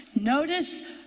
Notice